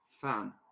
fan